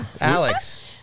Alex